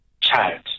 child